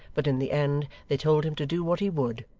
but in the end they told him to do what he would,